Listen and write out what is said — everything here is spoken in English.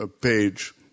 page